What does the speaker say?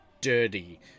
dirty